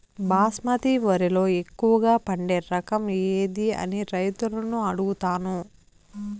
బాస్మతి వరిలో ఎక్కువగా పండే రకం ఏది అని రైతులను అడుగుతాను?